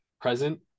present